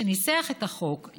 שניסח את החוק,